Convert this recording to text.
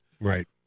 Right